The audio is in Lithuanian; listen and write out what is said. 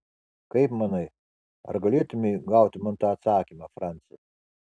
kaip manai ar galėtumei gauti man tą atsakymą franci